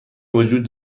وجود